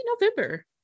november